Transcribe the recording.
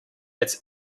its